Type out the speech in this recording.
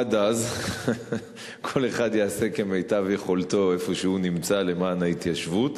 עד אז כל אחד יעשה כמיטב יכולתו איפה שהוא נמצא למען ההתיישבות.